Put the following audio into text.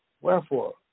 Wherefore